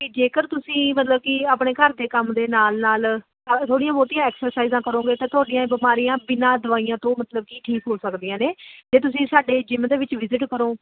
ਅਤੇ ਜੇਕਰ ਤੁਸੀਂ ਮਤਲਬ ਕਿ ਆਪਣੇ ਘਰ ਦੇ ਕੰਮ ਦੇ ਨਾਲ ਨਾਲ ਥੋੜ੍ਹੀਆਂ ਬਹੁਤੀਆਂ ਐਕਸਰਸਾਈਜ਼ਾਂ ਕਰੋਗੇ ਤਾਂ ਤੁਹਾਡੀਆਂ ਬਿਮਾਰੀਆਂ ਬਿਨਾਂ ਦਵਾਈਆਂ ਤੋਂ ਮਤਲਬ ਕਿ ਠੀਕ ਹੋ ਸਕਦੀਆਂ ਨੇ ਜੇ ਤੁਸੀਂ ਸਾਡੇ ਜਿੰਮ ਦੇ ਵਿੱਚ ਵਿਜਿਟ ਕਰੋ